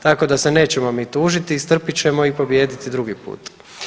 Tako da se nećemo mi tužiti, istrpit ćemo i pobijedit drugi put.